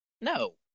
no